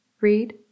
Read